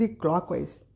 clockwise